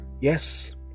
Yes